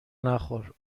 نخور